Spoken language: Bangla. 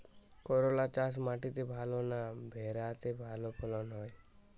করলা চাষ মাটিতে ভালো না ভেরাতে ভালো ফলন হয়?